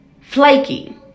flaky